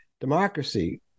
Democracy